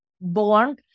born